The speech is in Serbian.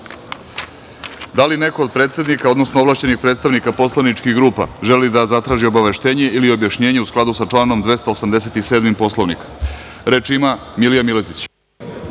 li neko od predsednika, odnosno ovlašćenih predstavnika poslaničkih grupa želi da zatraži obaveštenje, ili objašnjenje u skladu sa članom 287. Poslovnika? Reč ima Milija Miletić.